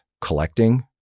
collecting